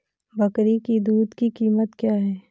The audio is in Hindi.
बकरी की दूध की कीमत क्या है?